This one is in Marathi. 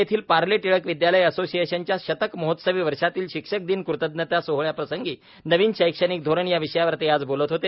मुंबई येथील पार्ले टिळक विद्यालय असोसिएशनच्या शतकमहोत्सवी वर्षातील शिक्षकदिन कृतज्ञता सोहळ्याप्रसंगी नवीन शैक्षणिक धोरण या विषयावर ते आज बोलत होते